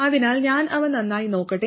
അതിനാൽ ഞാൻ അവ നന്നായി നോക്കട്ടെ